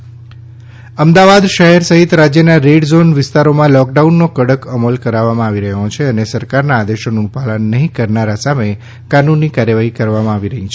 શિવાનંદ ઝા અમદાવાદ શહેર સહિત રાજ્યના રેડ ઝોન વિસ્તારોમાં લોક ડાઉનનો કડક અમલ કારવાઈ રહ્યો છે અને સરકારના આદેશોનું પાલન નહીં કરનારા સામે કાનૂની કાર્યવાહી કરાઇ રહી છે